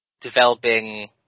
developing